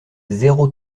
zéro